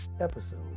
episode